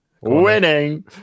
Winning